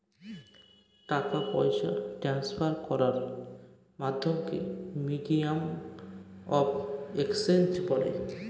টাকা পয়সা ট্রান্সফার করার মাধ্যমকে মিডিয়াম অফ এক্সচেঞ্জ বলে